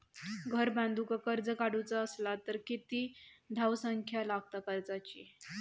घर बांधूक कर्ज काढूचा असला तर किती धावसंख्या लागता कर्जाची?